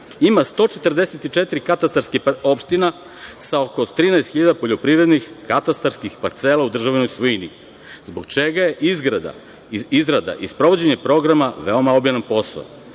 ima 144 katastarskih opština sa oko 13.000 poljoprivrednih katastarskih parcela u državnoj svojini zbog čega je izrada i sprovođenje programa veoma obilan posao.